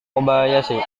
kobayashi